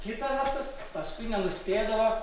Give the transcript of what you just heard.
kita vertus paskui nenuspėdavo